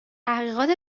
تحقیقات